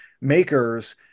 makers